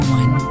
one